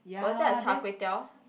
was that a Char-Kway-Teow